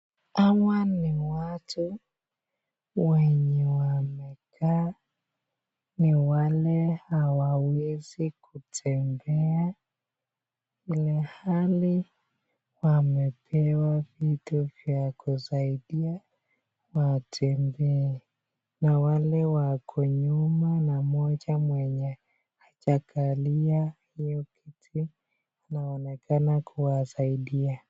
Hawa ni watu, wenye wamekaa ni wale hawawezi kutembea ilhali wamepewa vitu vya kusaida watembee, na wale wako nyuma na mmoja mwenye hajakalia hio kiti anonekana kuwasaidia.